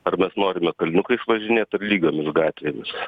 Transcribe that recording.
ar mes norime kalniukais važinėt ar lygiomis gatvėmis